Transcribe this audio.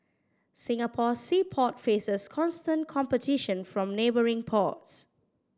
Singapore's sea port faces constant competition from neighbouring ports